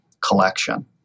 Collection